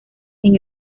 sin